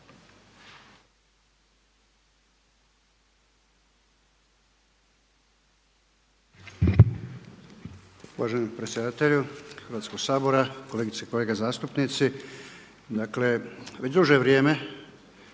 Uvaženi predsjedatelju Hrvatskog sabora, kolegice i kolege zastupnici dakle već duže vrijeme